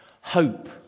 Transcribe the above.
Hope